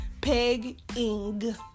Peg-ing